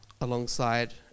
alongside